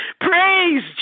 Praise